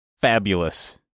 fabulous